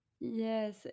Yes